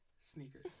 sneakers